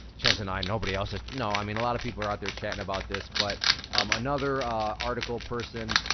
chezz and i, nobody else, just, no. i mean, a lot of people are out there chatting about this. but um another article person,